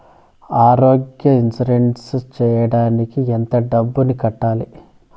ఆరోగ్య ఇన్సూరెన్సు సేయడానికి ఎంత డబ్బుని కట్టాలి?